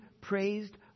praised